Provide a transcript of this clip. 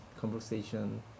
conversation